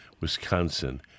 Wisconsin